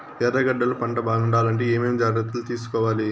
ఎర్రగడ్డలు పంట బాగుండాలంటే ఏమేమి జాగ్రత్తలు తీసుకొవాలి?